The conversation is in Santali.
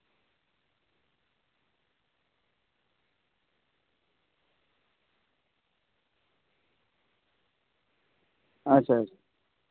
ᱟᱪᱪᱷᱟ ᱪᱷᱟ